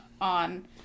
on